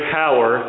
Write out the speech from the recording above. power